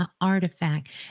artifact